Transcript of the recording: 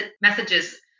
messages